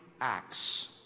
acts